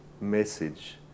message